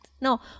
No